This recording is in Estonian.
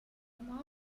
oma